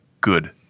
good